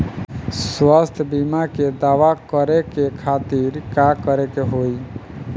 स्वास्थ्य बीमा के दावा करे के खातिर का करे के होई?